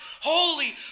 holy